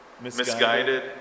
misguided